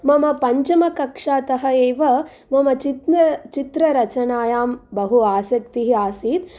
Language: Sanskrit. मम पञ्चमकक्षातः एव मम चित् चित्ररचनायां बहु आसक्तिः आसीत्